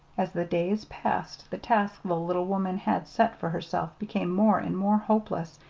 as the days passed, the task the little woman had set for herself became more and more hopeless,